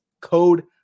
code